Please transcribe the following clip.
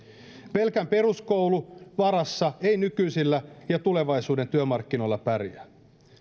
pelkän peruskoulun varassa ei nykyisillä ja tulevaisuuden työmarkkinoilla pärjää